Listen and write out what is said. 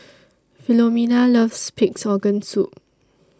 Philomena loves Pig'S Organ Soup